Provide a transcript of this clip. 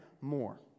more